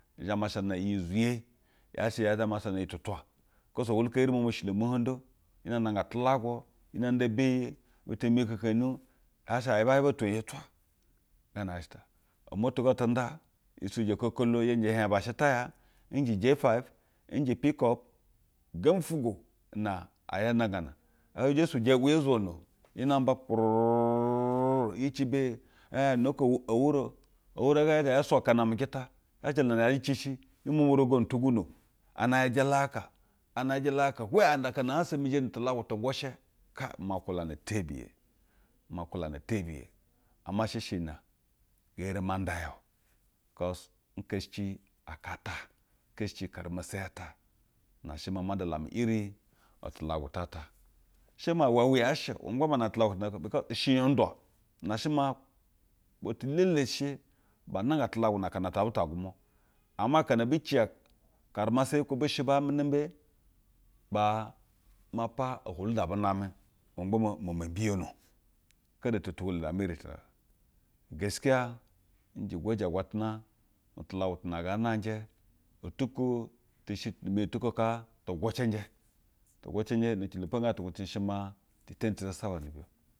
I zha ma nshana iyi ezuye. Yaa she yɛɛ tha ma nshana iyi tutwa. Kos aka oko niyeri momo shilo mohojdo hina nanga tulagwu. Hina nda beye. Butu na hikekeni. Yaa she ahiejaeba efwenyi hi twa gana yaa sheta. Ometa go ata nda hi okokolo hi hiej aba she itaya. Njɛ j five, nje pickup gembi ufwugwo na ahi zhe nda gana. Ehi zhe suje wewe hio zono hi mba kwurrrrrwi hi ci beye. E hiej na ko owuro owuro ga hie zha hie swaka na ame jita, hie jala dana yaje tishi hi momo wurogono tugono, ana hi jalaka, nana hi jalaka hwee and aka na a hansa mi zhe natulagwu tu ngwushe kaye ima nkwulana tebiye ima nkwu lana tebiye. Ama she shɛ iyi na ngee eri ma da yao. Kos nkeshici aka ata. Sher maa iwewe yaa she ma gba ma nda tulagwu tuta, bikos, ishe iyi ndwa na shemaa butu elele she ba nanga tulagwu na akana ta bu ta gwumwa ama akana ebi ci ya karemeseyi aka be she name mɛ ma gba maa mana mbiyono kede to tahwulo na lamu iri ta. Geskiya nje gwaje agwatana nu tulawa tuna ngaa nanje, ntu ko te she me. Ntuku kaa tu̱ ngwu cenje. Tu ngwucenjɛ ne ecilo na po ngee heij tu ngwucenje she maa tetine tu zasaba ni ibeo